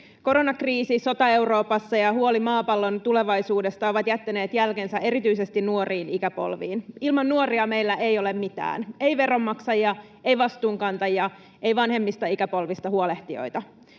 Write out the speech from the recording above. Koronakriisi, sota Euroopassa ja huoli maapallon tulevaisuudesta ovat jättäneet jälkensä erityisesti nuoriin ikäpolviin. Ilman nuoria meillä ei ole mitään, ei veronmaksajia, ei vastuunkantajia, ei vanhemmista ikäpolvista huolehtijoita.